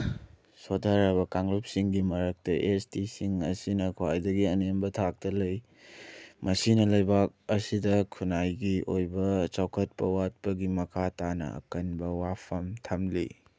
ꯁꯣꯊꯔꯕ ꯀꯥꯡꯂꯨꯞꯁꯤꯡꯒꯤ ꯃꯔꯛꯇ ꯑꯦꯁ ꯇꯤꯁꯤꯡ ꯑꯁꯤꯅ ꯈ꯭ꯋꯥꯏꯗꯒꯤ ꯑꯅꯦꯝꯕ ꯊꯥꯛꯇ ꯂꯩ ꯃꯁꯤꯅ ꯂꯩꯕꯥꯛ ꯑꯁꯤꯗ ꯈꯨꯅꯥꯏꯒꯤ ꯑꯣꯏꯕ ꯆꯥꯎꯈꯠꯄ ꯋꯥꯠꯄꯒꯤ ꯃꯈꯥ ꯇꯥꯅ ꯑꯀꯟꯕ ꯋꯥꯐꯝ ꯊꯝꯂꯤ